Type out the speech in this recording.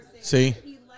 See